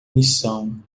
missão